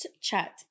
chat